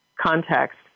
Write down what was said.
context